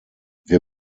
wir